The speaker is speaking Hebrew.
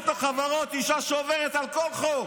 מנהלת רשות החברות, אישה שעוברת על כל חוק.